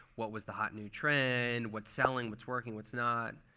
what was the hot new trend? what's selling. what's working. what's not.